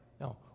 No